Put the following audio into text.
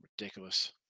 Ridiculous